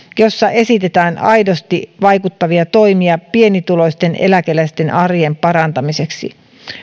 jossa esitetään aidosti vaikuttavia toimia pienituloisten eläkeläisten arjen parantamiseksi